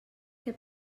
què